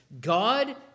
God